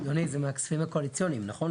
זה מהכספים הקואליציוניים, נכון?